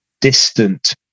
distant